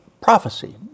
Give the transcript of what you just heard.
prophecy